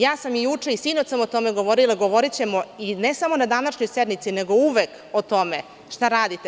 Juče sam i sinoć sam o tome govorila i govorićemo, ne samo na današnjoj sednici, nego uvek o tome šta radite.